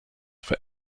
for